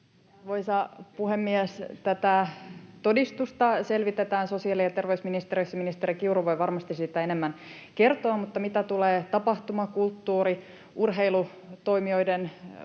Arvoisa puhemies! Tätä todistusta selvitetään sosiaali- ja terveysministeriössä. Ministeri Kiuru voi varmasti siitä enemmän kertoa, mutta mitä tulee tapahtuma-, kulttuuri-, ja urheilutoimijoiden puolelle,